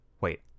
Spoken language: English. Wait